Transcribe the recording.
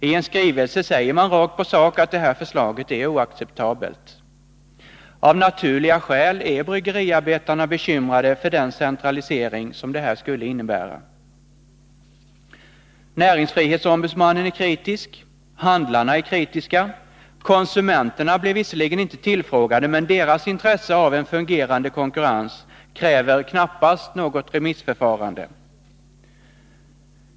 I en skrivelse säger man rakt på sak att det här förslaget är oacceptabelt. Av naturliga skäl är bryggeriarbetarna bekymrade för den centralisering som det här skulle innebära. Näringsfrihetsombudsmannen är kritisk, och handlarna är kritiska. Konsumenterna blir visserligen inte tillfrågade, men deras intresse av en fungerande konkurrens kräver knappast något remissförfarande.